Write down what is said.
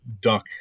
duck